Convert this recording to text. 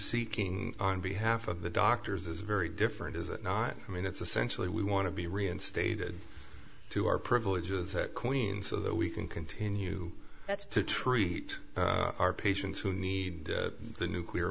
seeking on behalf of the doctors is very different is it not i mean it's essentially we want to be reinstated to our privileges that queens so that we can continue to treat our patients who need the nuclear